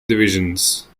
divisions